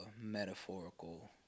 metaphorical